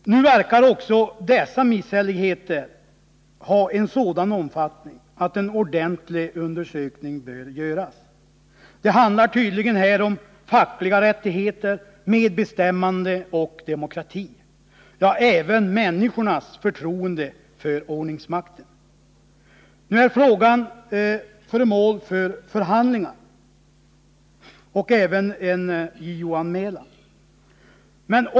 Misshälligheterna verkar ha en sådan omfattning att en ordentlig undersökning bör göras. Det handlar tydligen här om fackliga rättigheter, medbestämmande och demokrati, ja, det handlar även om människornas förtroende för ordningsmakten. Nu är ärendet föremål för förhandlingar, och en JO-anmälan har gjorts.